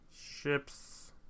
Ships